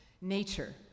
nature